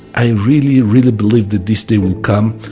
i really really believe that this day will come,